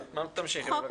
בבקשה, תמשיכי.